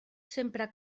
sempre